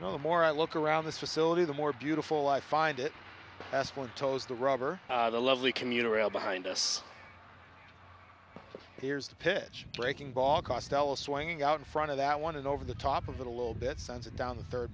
you know the more i look around this facility the more beautiful i find it as one toes the rubber the lovely commuter rail behind us here's the pitch breaking ball costella swinging out in front of that one and over the top of it a little bit sends it down the third